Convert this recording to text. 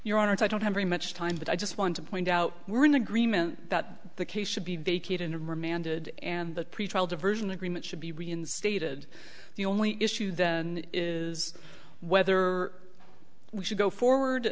honor i don't have very much time but i just want to point out we're in agreement that the case should be vacated and remanded and that pretrial diversion agreement should be reinstated the only issue then is whether we should go forward